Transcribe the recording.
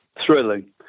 thrilling